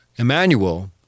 Emmanuel